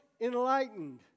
enlightened